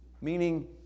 meaning